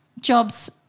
jobs